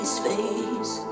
space